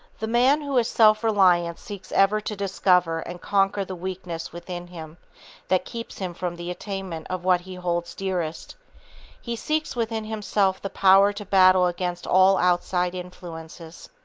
the man who is self-reliant seeks ever to discover and conquer the weakness within him that keeps him from the attainment of what he holds dearest he seeks within himself the power to battle against all outside influences.